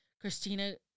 Christina